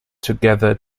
together